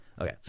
Okay